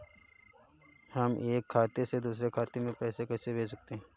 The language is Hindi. हम एक खाते से दूसरे खाते में पैसे कैसे भेज सकते हैं?